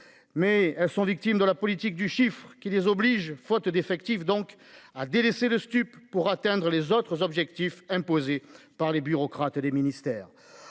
Mais elles sont victimes de la politique du chiffre qui les oblige, faute d'effectif donc à délaisser le Stupp pour atteindre les autres objectifs imposés par les bureaucrates et les ministères.